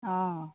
অঁ